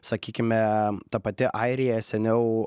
sakykime ta pati airija seniau